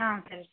ఆ సరే